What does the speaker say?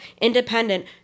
independent